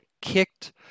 kicked